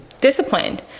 disciplined